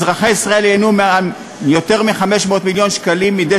אזרחי ישראל ייהנו מיותר מ-500 מיליון שקלים מדי